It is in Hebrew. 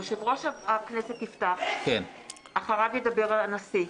יושב-ראש הכנסת יפתח, אחריו ידבר הנשיא,